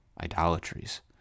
idolatries